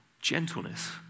gentleness